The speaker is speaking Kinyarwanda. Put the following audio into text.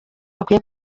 bakwiye